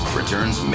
returns